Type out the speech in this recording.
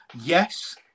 Yes